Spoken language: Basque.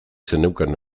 zeneukan